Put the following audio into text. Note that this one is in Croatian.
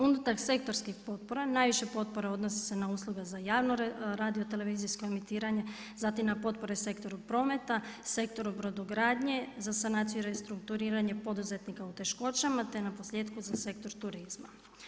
Unutar sektorskih potpora najviše potpora odnosi se na usluge za javno radio-televizijsko emitiranje, zatim na potpore Sektoru prometa, Sektoru brodogradnje za sanaciju, restrukturiranje poduzetnika u teškoćama, te naposljetku za Sektor turizma.